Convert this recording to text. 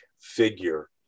figure